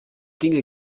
dinge